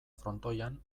frontoian